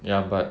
ya but